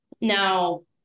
Now